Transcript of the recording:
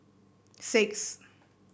six